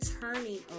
turning